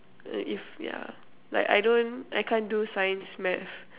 uh if yeah like I don't I can't do science math